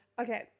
Okay